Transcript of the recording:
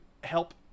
help